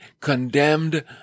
condemned